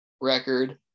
record